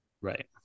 Right